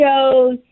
shows